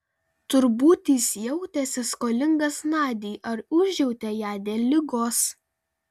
turbūt jis jautėsi skolingas nadiai ar užjautė ją dėl ligos